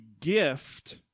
gift